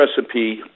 recipe